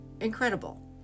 Incredible